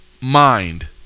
mind